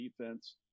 defense